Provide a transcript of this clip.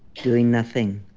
doing nothing.